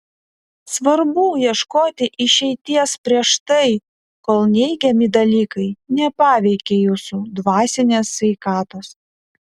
svarbu ieškoti išeities prieš tai kol neigiami dalykai nepaveikė jūsų dvasinės sveikatos